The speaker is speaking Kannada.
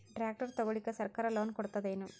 ಟ್ರ್ಯಾಕ್ಟರ್ ತಗೊಳಿಕ ಸರ್ಕಾರ ಲೋನ್ ಕೊಡತದೇನು?